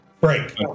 Break